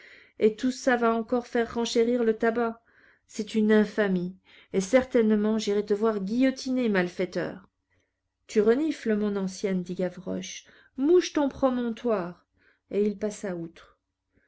et tout ça va encore faire renchérir le tabac c'est une infamie et certainement j'irai te voir guillotiner malfaiteur tu renifles mon ancienne dit gavroche mouche ton promontoire et il passa outre